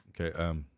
Okay